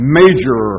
major